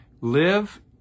Live